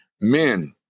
men